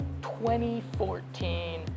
2014